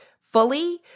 fully